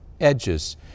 edges